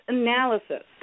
analysis